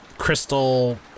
crystal